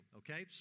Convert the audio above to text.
okay